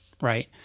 right